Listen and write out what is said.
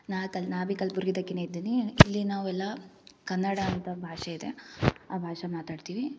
ನಾ ಕಲ್ ನಾ ಬಿ ಕಲ್ಬುರ್ಗಿದಾಕಿನೇ ಇದ್ದೇನೆ ಇಲ್ಲಿ ನಾವೆಲ್ಲ ಕನ್ನಡ ಅಂತ ಭಾಷೆ ಇದೆ ಆ ಭಾಷೆ ಮಾತಾಡ್ತೀವಿ